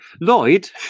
Lloyd